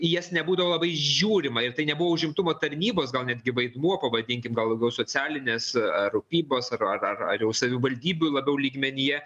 į jas nebūdavo labai žiūrima ir tai nebuvo užimtumo tarnybos gal netgi vaidmuo pavadinkim gal labiau socialinės rūpybos ar ar ar ar jau savivaldybių labiau lygmenyje